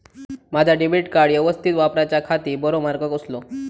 माजा debit card यवस्तीत वापराच्याखाती बरो मार्ग कसलो?